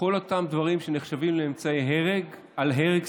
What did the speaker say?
כל אותם דברים שנחשבים לאמצעי אל-הרג,